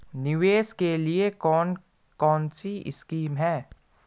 निवेश के लिए कौन कौनसी स्कीम हैं?